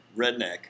redneck